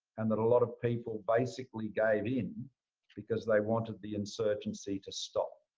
and that a lot of people basically gave in because they wanted the insurgency to stop.